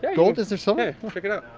gold? is there silver? yeah, you know